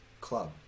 Club